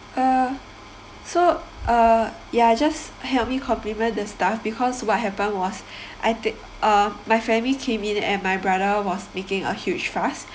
uh so uh ya just help me complement the staff because what happened was I uh my family came in and my brother was making a huge fuss